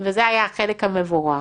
וזה היה החלק המבורך,